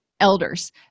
elders